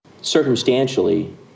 Circumstantially